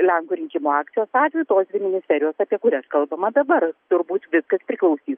lenkų rinkimų akcijos atveju tos dvi ministerijos apie kurias kalbama dabar turbūt viskas priklausys